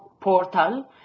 portal